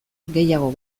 gehiago